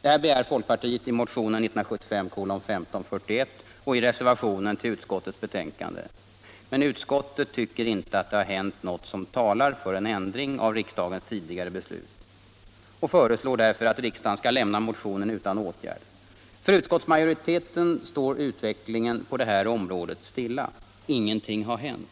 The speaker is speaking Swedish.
Det här begär folkpartiet i motionen 1975:1541 och i reservationen till utskottets betänkande. Men utskottet tycker inte att det har hänt något som talar för en ändring av riksdagens tidigare beslut och föreslår därför att riksdagen skall lämna motionen utan åtgärd. För utskottsmajoriteten står utvecklingen på det här området stilla. Ingenting har hänt,